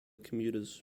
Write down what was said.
commuters